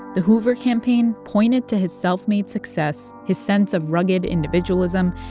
the hoover campaign pointed to his self-made success, his sense of rugged individualism,